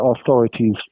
authorities